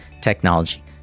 technology